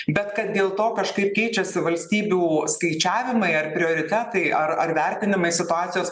bet kad dėl to kažkaip keičiasi valstybių skaičiavimai ar prioritetai ar ar vertinimai situacijos